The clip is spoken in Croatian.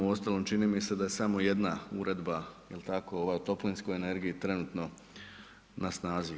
Uostalom čini mi se da je samo jedna uredba, jel tako, ova o toplinskoj energiji trenutno na snazi.